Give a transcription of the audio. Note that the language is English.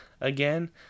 again